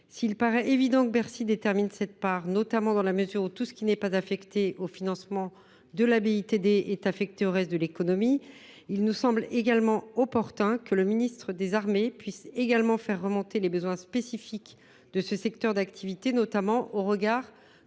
S’il paraît évident que Bercy détermine cette part, notamment parce que tout ce qui n’est pas affecté au financement de la BITD bénéficie au reste de l’économie, il nous semble en revanche opportun que le ministère des armées puisse également faire remonter les besoins spécifiques de ce secteur d’activité, notamment au regard de la loi